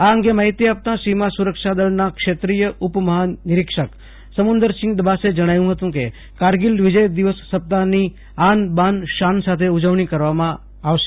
આ અંગે માફિતી આપતા સીમા સુરક્ષા દળના ક્ષેત્રીય ઉપ મહાનિરિક્ષક સમુંદરસિંહ ડબાસે જણાવ્યુ ફતુ કે કારગિલ વિજય દિવસ સપ્તાફની આન બાન શાન સાથે ઉજવણી કરવામાં આવશે